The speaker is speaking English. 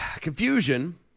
Confusion